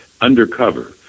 undercover